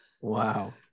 Wow